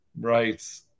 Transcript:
Right